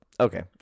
Okay